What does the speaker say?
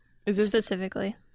specifically